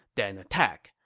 then attack,